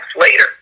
later